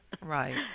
Right